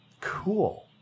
Cool